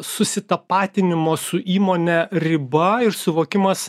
susitapatinimo su įmone riba ir suvokimas